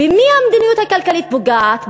במי המדיניות הכלכלית פוגעת?